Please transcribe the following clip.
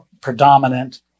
predominant